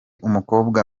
umukobwa